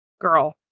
Girl